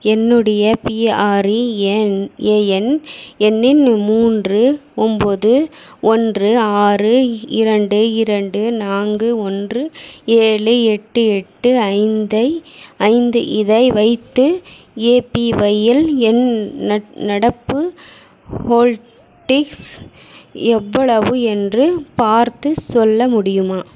என்னுடைய பிஆர்ஏஎன் எண்ணின் மூன்று ஒம்பது ஒன்று ஆறு இரண்டு இரண்டு நான்கு ஒன்று ஏழு எட்டு எட்டு ஐந்தை ஐந்து இதை வைத்து ஏபிஒய்யில் என் நட நடப்பு ஹோல்டிங்ஸ் எவ்வளவு என்று பார்த்துச் சொல்ல முடியுமா